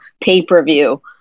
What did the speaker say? pay-per-view